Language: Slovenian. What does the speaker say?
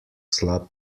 slab